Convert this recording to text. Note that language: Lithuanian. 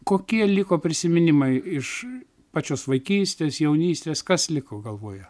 kokie liko prisiminimai iš pačios vaikystės jaunystės kas liko galvoje